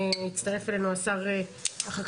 שני --- הצטרף אלינו שר החקלאות,